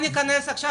ניכנס לזה עכשיו,